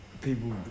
people